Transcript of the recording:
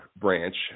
branch